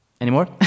anymore